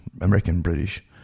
American-British